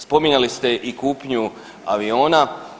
Spominjali ste i kupnju aviona.